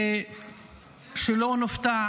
ושלא נופתע